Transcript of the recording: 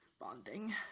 Bonding